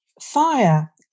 fire